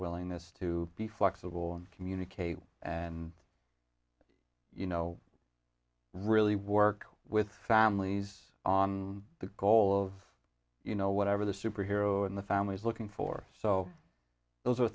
willingness to be flexible and communicate and you know really work with families on the goal of you know whatever the superhero and the families looking for so those are